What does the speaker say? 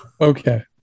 Okay